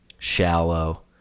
shallow